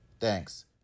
Thanks